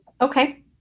Okay